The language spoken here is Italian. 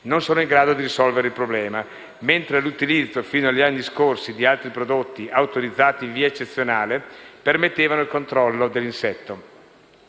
non sono in grado di risolvere il problema, mentre l'utilizzo fino agli anni scorsi di altri prodotti autorizzati in via eccezionale permettevano il controllo dell'insetto.